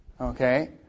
Okay